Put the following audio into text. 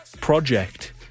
project